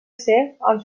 sistema